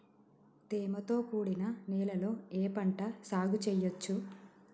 తేమతో కూడిన నేలలో ఏ పంట సాగు చేయచ్చు?